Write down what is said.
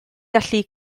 gallu